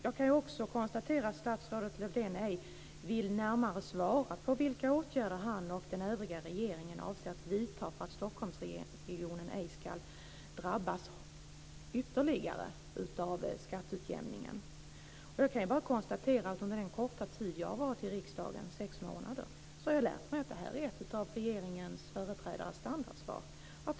Jag kan också konstatera att statsrådet Lövdén inte närmare vill svara på vilka åtgärder han och den övriga regeringen avser att vidta för att Stockholmsregionen inte ska drabbas ytterligare av skatteutjämningen. Jag kan bara konstatera att under den korta tid jag har varit i riksdagen, sex månader, har jag lärt mig att detta är ett standardsvar från regeringens företrädare.